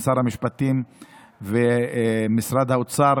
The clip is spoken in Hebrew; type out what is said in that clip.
עם שר המשפטים ומשרד האוצר,